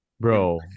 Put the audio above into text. Bro